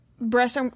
breast